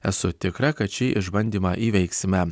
esu tikra kad šį išbandymą įveiksime